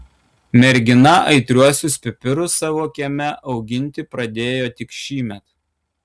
mergina aitriuosius pipirus savo kieme auginti pradėjo tik šįmet